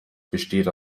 besteht